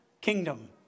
kingdom